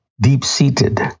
Deep-seated